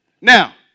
Now